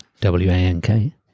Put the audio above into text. W-A-N-K